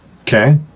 Okay